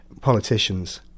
politicians